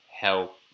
help